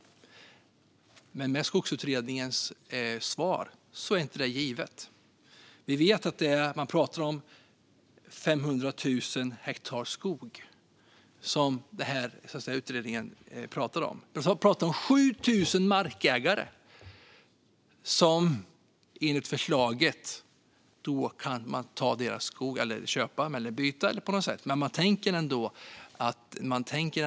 Men med Skogsutredningens svar är inte detta givet. Vi vet att utredningen pratar om 500 000 hektar skog. Man pratar alltså om 7 000 markägare och deras skog som man enligt förslaget kan ta, köpa, byta eller på något sätt tillföra staten. Det är så man tänker.